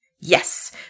Yes